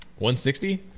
160